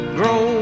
grow